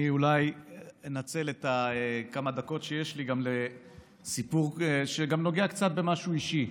אני אולי אנצל את הכמה דקות שיש לי לסיפור שגם נוגע קצת במשהו אישי.